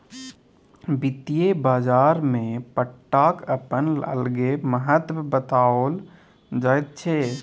वित्तीय बाजारमे पट्टाक अपन अलगे महत्व बताओल जाइत छै